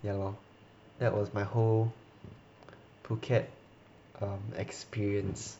ya lor that was my whole phuket um experience